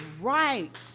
right